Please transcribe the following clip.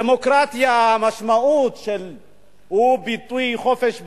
דמוקרטיה, המשמעות שלה היא חופש ביטוי,